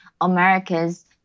America's